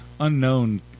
unknown